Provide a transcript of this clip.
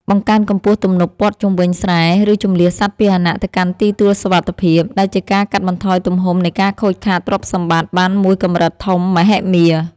បង្កើនកម្ពស់ទំនប់ព័ទ្ធជុំវិញស្រែ ឬជម្លៀសសត្វពាហនៈទៅកាន់ទីទួលសុវត្ថិភាព ដែលជាការកាត់បន្ថយទំហំនៃការខូចខាតទ្រព្យសម្បត្តិបានមួយកម្រិតធំមហិមា។